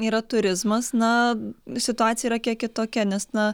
yra turizmas na situacija yra kiek kitokia nes na